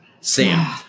Sam